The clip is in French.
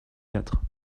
quatre